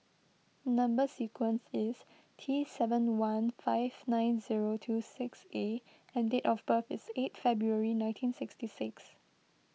Number Sequence is T seven one five nine zero two six A and date of birth is eight February nineteen sixty six